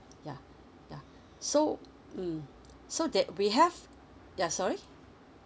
yeah yeah so mm so that we have yeah sorry